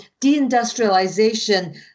deindustrialization